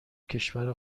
کشور